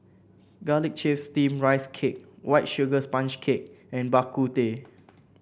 garlic chive steamed Rice Cake White Sugar Sponge Cake and Bak Kut Teh